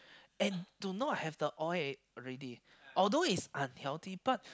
and do not have the oil al~ already although is unhealthy but